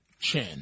Chen